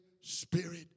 spirit